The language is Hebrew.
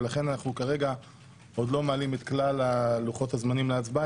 ולכן אנחנו כרגע עוד לא מעלים את כלל לוחות הזמנים להצבעה,